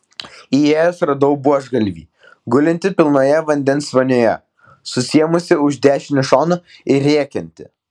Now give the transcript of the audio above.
įėjęs radau buožgalvį gulintį pilnoje vandens vonioje susiėmusį už dešinio šono ir rėkiantį